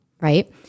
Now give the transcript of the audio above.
right